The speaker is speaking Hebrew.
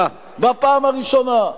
בפעם הראשונה.